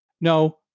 no